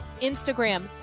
instagram